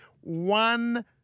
one